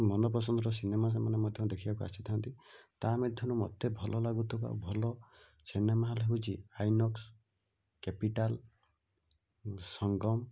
ମନ ପସନ୍ଦର ସିନେମା ସେମାନେ ମଧ୍ୟ ସେମାନେ ଦେଖିବାକୁ ଆସିଥାନ୍ତି ତା' ମଧ୍ୟରୁ ମୋତେ ଭଲ ଲାଗୁଥିବା ଭଲ ସିନେମା ହଲ୍ ହେଉଛି ଆଇନକ୍ସ୍ କ୍ୟାପିଟାଲ୍ ସଙ୍ଗମ